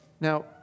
Now